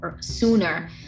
sooner